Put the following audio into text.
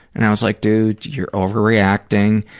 and i was like, dude, you're overreacting.